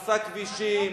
הרס כבישים,